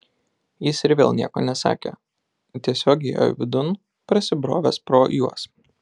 jis ir vėl nieko nesakė tiesiog įėjo vidun prasibrovęs pro juos